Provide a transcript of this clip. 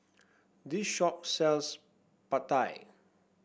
this shop sells Pad Thai